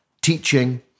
teaching